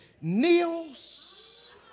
kneels